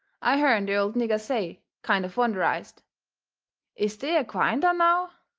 i hearn the old nigger say, kind of wonderized is dey a-gwine dar now?